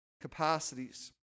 capacities